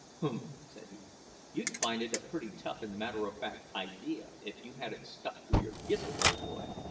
humph! said he you'd find it a pretty tough and matter-of-fact idea if you had it stuck through your gizzard, old boy!